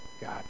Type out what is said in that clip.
God